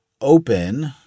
open